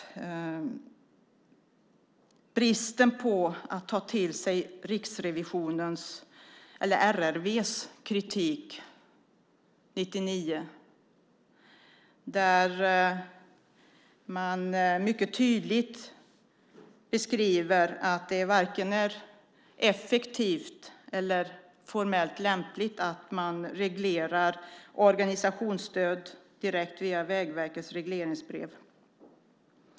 Jag är förvånad över bristen på förmåga att ta till sig RRV:s kritik från 1999, där man mycket tydligt beskriver att det varken är effektivt eller formellt lämpligt att reglera organisationsstöd direkt via Vägverkets regleringsbrev.